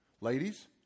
Ladies